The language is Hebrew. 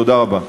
תודה רבה.